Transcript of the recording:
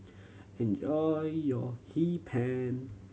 enjoy your Hee Pan